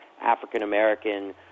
African-American